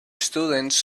students